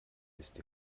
ist